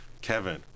Kevin